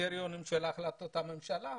קריטריונים של החלטות הממשלה,